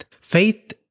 Faith